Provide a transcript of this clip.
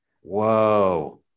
Whoa